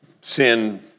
sin